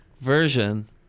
version